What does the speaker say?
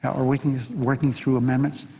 are working working through amendments.